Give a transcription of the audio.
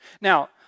Now